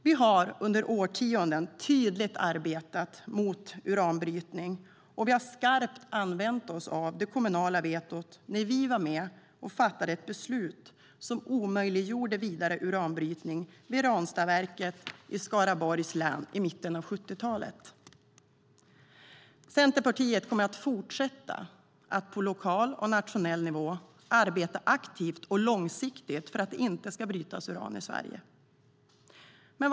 Vi har under årtionden tydligt arbetat mot uranbrytning, och vi använde det kommunala vetot i en skarp situation när vi var med och fattade ett beslut som omöjliggjorde vidare uranbrytning vid Ranstadsverket i Skaraborgs län i mitten av 1970-talet. Centerpartiet kommer att fortsätta att på lokal och nationell nivå arbeta aktivt och långsiktigt för att det inte ska brytas uran i Sverige.